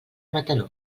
mataró